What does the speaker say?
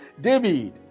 David